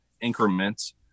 increments